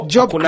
Job